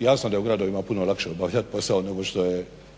Jasno da je u gradovima puno lakše obavljati posao nego što je,